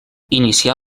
inicià